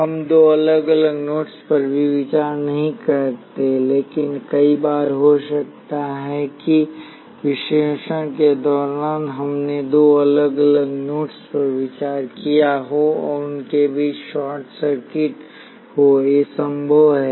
हम दो अलग अलग नोड्स पर भी विचार नहीं करते हैं लेकिन कई बार हो सकता है कि विश्लेषण के दौरान हमने दो अलग अलग नोड्स पर विचार किया हो और उनके बीच शॉर्ट सर्किट हो ये सब संभव है